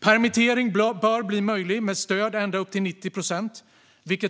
Permittering bör bli möjlig med stöd ända upp till 90 procent.